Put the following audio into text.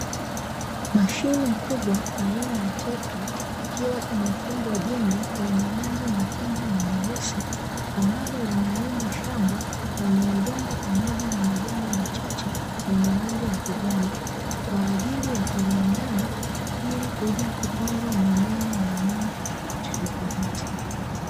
Mashine kubwa aina ya trekta ikiwa imefungwa jembe lenye rangi nyekundu na nyeusi, ambalo linalima shamba lenye udongo pamoja na majani machache yenye rangi ya kijani, kwa ajili ya kuliandaa ili kuja kupandwa mimea ya aina tofautitofauti.